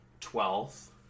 twelfth